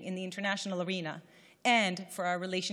ביום העלייה הזה ובכל יום,